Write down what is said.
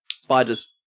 spiders